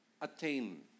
attain